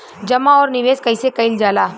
जमा और निवेश कइसे कइल जाला?